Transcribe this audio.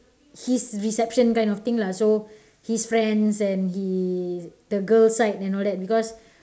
his reception kind of thing lah so his friends and the the girl side because